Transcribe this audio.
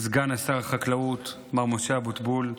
סגן שר החקלאות מר משה אבוטבול,